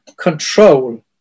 Control